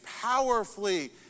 powerfully